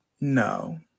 No